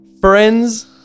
friends